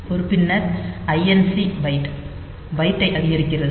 ஒரு பின்னர் INC byte பைட்டை அதிகரிக்கிறது